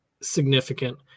significant